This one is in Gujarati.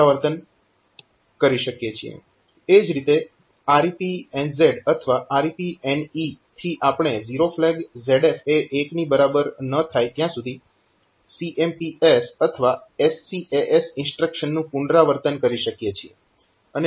એ જ રીતે REPNZ અથવા REPNE થી આપણે ઝીરો ફ્લેગ ZF એ 1 ના બરાબર ન થાય ત્યાં સુધી CMPS અથવા SCAS ઇન્સ્ટ્રક્શનનું પુનરાવર્તન કરી શકીએ છીએ